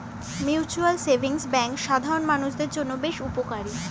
mutual savings bank সাধারণ মানুষদের জন্য বেশ উপকারী